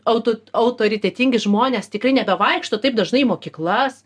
auto autoritetingi žmonės tikrai nebevaikšto taip dažnai į mokyklas